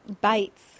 bites